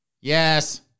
Yes